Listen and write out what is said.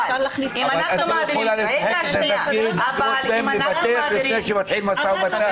אבל ----- אבל את לא יכולה להגיד את זה לפני שמתחיל משא ומתן.